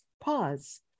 pause